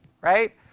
right